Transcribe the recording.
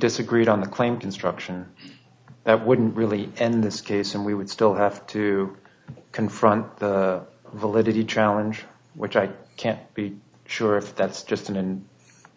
disagreed on the claim construction that wouldn't really and in this case and we would still have to confront the validity trial in which i can't be sure if that's just an